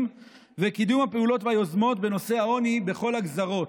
וקידום הפעולות והיוזמות בנושא העוני בכל הגזרות.